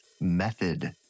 method